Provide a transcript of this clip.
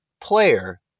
player